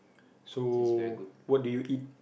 so what do you eat